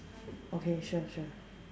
okay sure sure